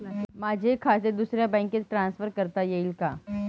माझे खाते दुसऱ्या बँकेत ट्रान्सफर करता येईल का?